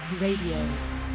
Radio